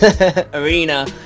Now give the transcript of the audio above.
arena